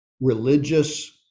religious